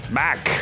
back